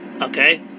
Okay